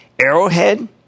Arrowhead